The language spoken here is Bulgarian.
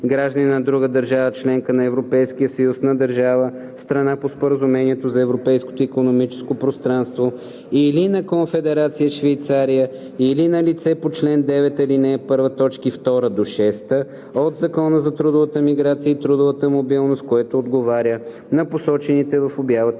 гражданин на друга държава – членка на Европейския съюз, на държава – страна по Споразумението за Европейското икономическо пространство, или на Конфедерация Швейцария или налице по чл. 9, ал. 1, т. 2 – 6 от Закона за трудовата миграция и трудовата мобилност, което отговаря на посочените в обявата